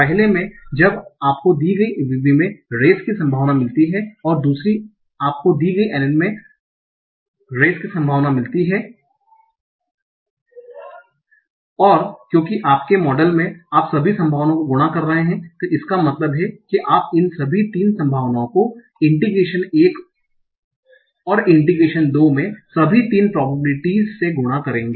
पहले में जब आपको दी गई VB में रेस की संभावना मिलती है और दूसरी आपको दी गई NN में रेस की संभावना मिलती है और क्योंकि आपके मॉडल में आप सभी संभावनाओं को गुणा कर रहे हैं इसका मतलब है कि आप इन सभी 3 संभावनाओं को इंटीग्रेशन 1 और इंटरप्रीटेशन 2 में सभी 3 प्रोबाबिलिटिएस से गुणा करेंगे